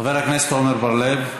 חבר הכנסת עמר בר-לב.